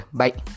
bye